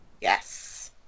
Yes